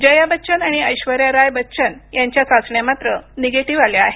जया बच्चन आणि ऐश्वर्या राय बच्चन यांच्या चाचण्या मात्र निगेटिव्ह आल्या आहेत